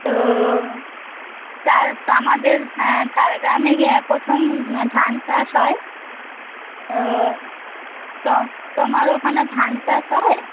তো চাষ আমাদের হ্যাঁ ঝাড়গ্রামেই প্রথম ধান চাষ হয় তো তোমার ওখানে ধান চাষ হয়